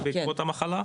בעקבות המחלה?